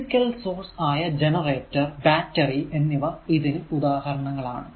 physical source ആയ generator battery എന്നിവ ഇതിനു ഉദാഹരണങ്ങൾ ആണ്